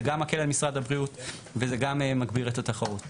זה גם מקל על משרד הבריאות וזה גם מגביר את התחרות.